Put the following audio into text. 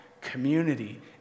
community